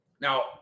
Now